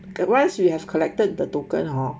once you have collected the token hor